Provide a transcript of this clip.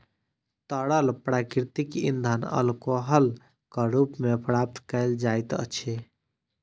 तरल प्राकृतिक इंधन अल्कोहलक रूप मे प्राप्त कयल जाइत अछि